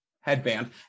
headband